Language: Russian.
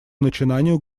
начинанию